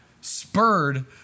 spurred